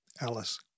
Alice